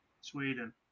Sweden